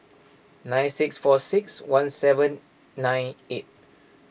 nine six four six one seven nine eight